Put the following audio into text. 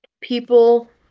People